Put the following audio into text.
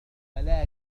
لكن